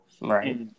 Right